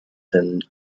than